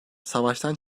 savaştan